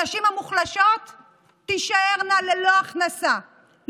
הנשים המוחלשות תישארנה ללא הכנסה,